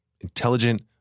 intelligent